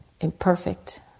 imperfect